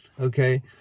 Okay